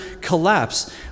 collapse